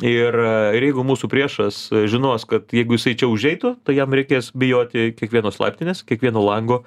ir ir jeigu mūsų priešas žinos kad jeigu jisai čia užeitų tai jam reikės bijoti kiekvienos laiptinės kiekvieno lango